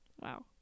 wow